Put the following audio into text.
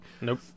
Nope